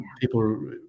People